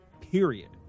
Period